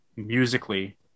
Musically